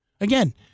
Again